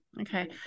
Okay